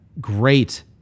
great